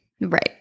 Right